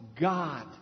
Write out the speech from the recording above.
God